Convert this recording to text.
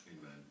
Amen